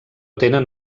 tenen